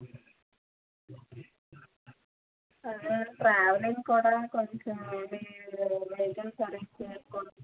అదే ట్రావెలింగ్ కూడా కొంచెం మీరు వెహికల్స్ అరెంజ్ చేసుకుంటే